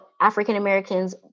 African-Americans